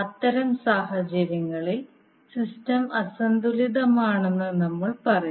അത്തരം സാഹചര്യങ്ങളിൽ സിസ്റ്റം അസന്തുലിതമാണെന്ന് നമ്മൾ പറയും